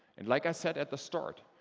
and like i said at the start,